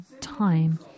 time